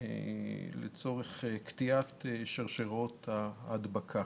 לצורך קטיעת שרשראות ההדבקה.